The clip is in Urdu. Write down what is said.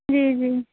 جی جی